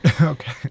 Okay